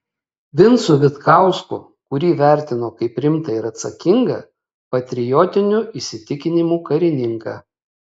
vincu vitkausku kurį vertino kaip rimtą ir atsakingą patriotinių įsitikinimų karininką